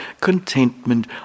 contentment